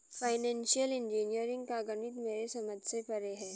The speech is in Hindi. फाइनेंशियल इंजीनियरिंग का गणित मेरे समझ से परे है